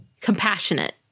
compassionate